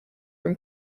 from